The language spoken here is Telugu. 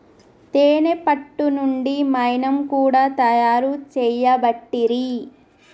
తేనే పట్టు నుండి మైనం కూడా తయారు చేయబట్టిరి